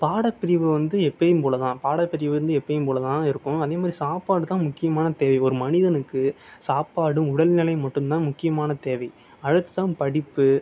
பாடப்பிரிவு வந்து எப்பவும் போல் தான் பாடப்பிரிவு வந்து எப்போயும் போல் தான் இருக்கும் அதேமாதிரி சாப்பாடு தான் முக்கியமான தேவை ஒரு மனிதனுக்கு சாப்பாடும் உடல்நிலையும் மட்டும் தான் முக்கியமான தேவை அடுத்து தான் படிப்பு